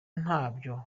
ntabyo